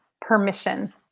permission